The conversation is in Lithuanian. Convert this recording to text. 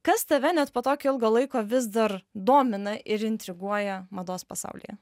kas tave net po tokio ilgo laiko vis dar domina ir intriguoja mados pasaulyje